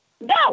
No